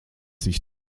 sich